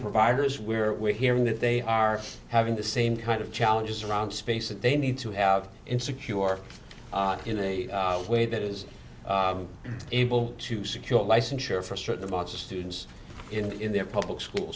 providers where we're hearing that they are having the same kind of challenges around space that they need to have and secure in a way that is able to secure a licensure for a certain amount of students in their public schools